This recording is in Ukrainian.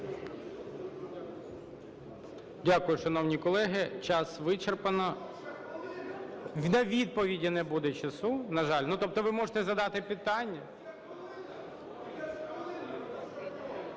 Дякую, шановні колеги. Час вичерпано. На відповіді не буде часу, на жаль. Ну, тобто ви можете задати питання...